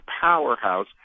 powerhouse